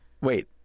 Wait